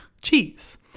cheese